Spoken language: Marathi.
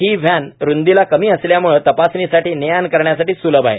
ही व्हॅन रुंदीला कमी असल्यामुळे तपासणीसाठी ने आण करण्यासाठी सुलभ आहे